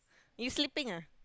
you sleeping ah